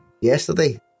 yesterday